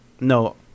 No